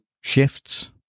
shifts